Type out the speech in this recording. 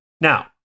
Now